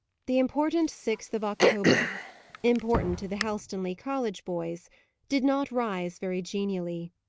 the important sixth of october important to the helstonleigh college boys did not rise very genially.